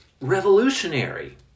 revolutionary